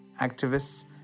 activists